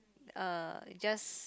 uh just